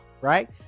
right